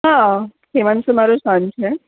હા હિમાંશુ મારો સન છે